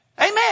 Amen